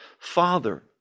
Father